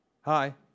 Hi